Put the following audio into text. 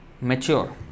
mature